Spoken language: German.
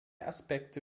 aspekte